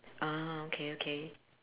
ah okay okay